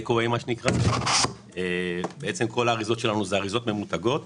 כל האריזות שלנו ממותגות,